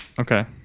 Okay